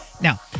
Now